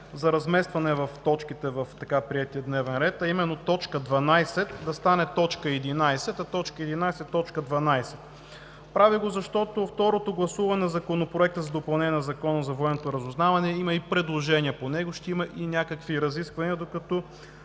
за разместване на точките в така приетия дневен ред, а именно точка 12 да стане точка 11, а точка 11 – точка 12. Правя го, защото по второто гласуване на Законопроекта за допълнение на Закона за военното разузнаване има предложения, ще има и някакви разисквания, докато